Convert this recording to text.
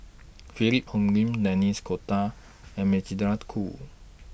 Philip Hoalim Denis Cotta and Magdalene Khoo